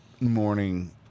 morning